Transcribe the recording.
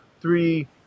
three